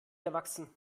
erwachsen